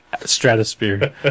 stratosphere